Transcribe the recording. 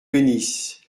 bénisse